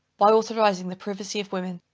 by authorizing the privacy of women,